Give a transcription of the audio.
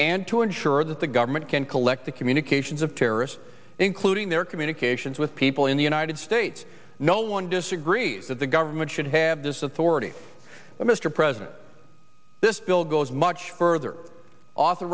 and to ensure that the government can collect the communications of terrorists including their communications with people in the united states no one disagrees that the government should have this authority but mr president this bill goes much further author